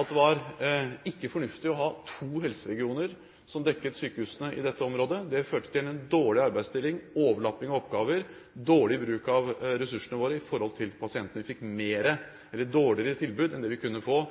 at det ikke var fornuftig å ha to helseregioner som dekket sykehusene i dette området. Det førte til en dårlig arbeidsdeling, overlapping av oppgaver og dårlig bruk av ressursene våre til pasientene. Vi fikk et dårligere tilbud enn det vi kan få